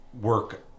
work